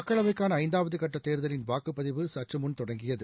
மக்களவைக்கான ஐந்தாவது கட்ட தேர்தலின் வாக்குப் பதிவு சற்று முன் தொடங்கியது